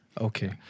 Okay